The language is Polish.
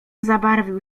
zabarwił